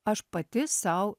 aš pati sau